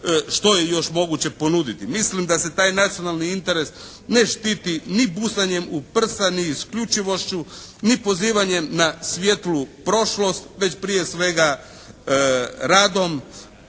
što je još moguće ponuditi. Mislim da se taj nacionalni interes ne štiti ni busanjem u prsa, ni isključivošću, ni pozivanjem na svijetlu prošlost, već prije svega radom